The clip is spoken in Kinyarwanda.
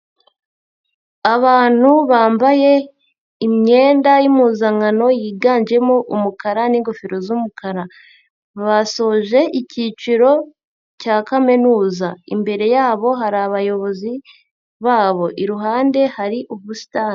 Abantu bambaye imyenda y'impuzankano yiganjemo umukara n'ingofero z'umukara, basoje icyiciro cya Kaminuza, imbere yabo hari abayobozi babo, iruhande hari ubusitani.